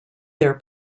their